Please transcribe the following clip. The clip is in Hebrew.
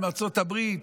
עם ארצות הברית,